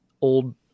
old